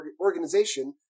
organization